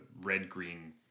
red-green